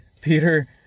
Peter